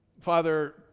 Father